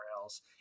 else